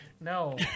no